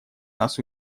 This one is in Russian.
нас